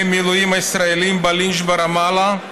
מילואים הישראליים בלינץ' ברמאללה,